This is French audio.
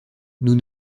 nous